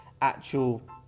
actual